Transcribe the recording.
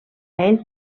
ell